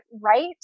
right